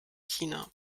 china